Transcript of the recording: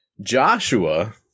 Joshua